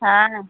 हाँ